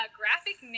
graphic